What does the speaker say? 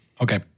Okay